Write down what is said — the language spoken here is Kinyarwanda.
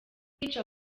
kwica